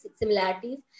similarities